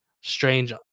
strange